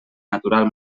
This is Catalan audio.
natural